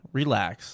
relax